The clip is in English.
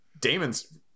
Damon's